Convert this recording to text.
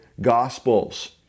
Gospels